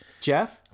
Jeff